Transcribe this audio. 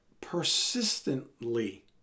persistently